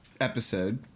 episode